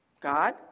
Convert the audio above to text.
God